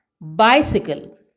Bicycle